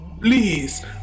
please